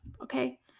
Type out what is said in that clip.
Okay